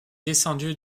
descendue